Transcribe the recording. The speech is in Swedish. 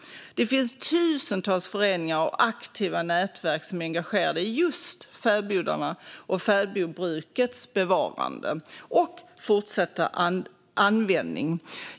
Det finns tusentals föreningar och aktiva nätverk som är engagerade i just fäbodarna, fäbodbrukets bevarande och fortsatta användning.